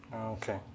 okay